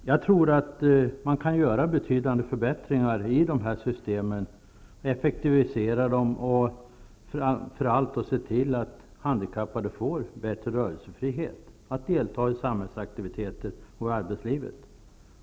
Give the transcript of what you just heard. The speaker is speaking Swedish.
Jag tror att man kan göra betydande förbättringar i dessa system genom att effektivisera dem och framför allt se till att handikappade får bättre rörelsefrihet så att de kan delta i samhällsaktiviteter och i arbetslivet.